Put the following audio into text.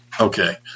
Okay